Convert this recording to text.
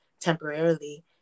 temporarily